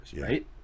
right